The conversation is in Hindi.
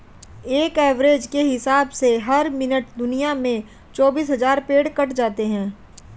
एक एवरेज के हिसाब से हर मिनट दुनिया में चौबीस हज़ार पेड़ कट जाते हैं